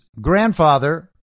grandfather